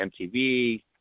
MTV